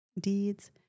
deeds